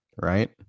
right